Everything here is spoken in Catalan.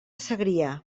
segrià